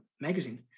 magazine